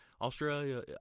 Australia